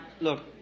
look